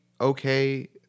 okay